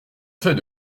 fait